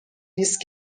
نیست